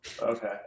Okay